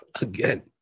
again